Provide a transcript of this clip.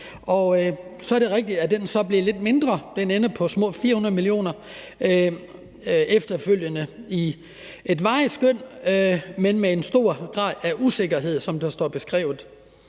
kr. Så er det rigtigt, at den så bliver lidt mindre: Den ender på små 400 mio. kr. efterfølgende ifølge et varigt skøn, men det er med en stor grad af usikkerhed, som der står beskrevet.